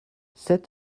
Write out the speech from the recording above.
sept